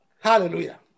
Hallelujah